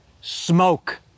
smoke